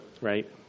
Right